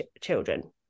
children